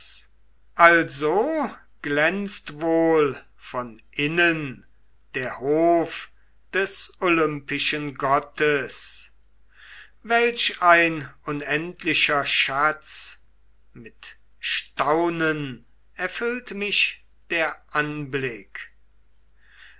also glänzt wohl von innen der hof des olympischen gottes welch ein unendlicher schatz mit staunen erfüllt mich der anblick